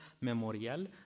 memorial